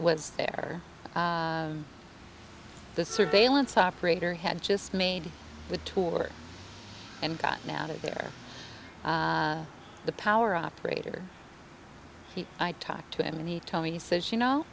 was there the surveillance operator had just made with a tour and gotten out of there the power operator i talked to him and he told me he says you know